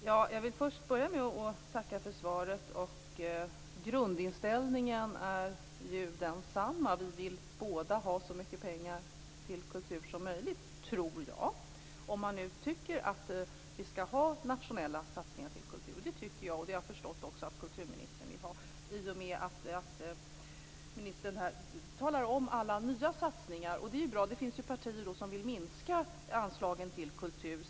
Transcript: Herr talman! Jag vill börja med att tacka för svaret. Jag tror att grundinställningen hos oss är densamma. Vi vill båda ha så mycket pengar till kultur som möjligt. Om man nu tycker att vi skall ha nationella satsningar på kultur, och det tycker jag. Det har jag förstått att också kulturministern vill ha i och med att ministern här talar om alla nya satsningar, och det är bra. Det finns partier som vill minska anslagen till kultur.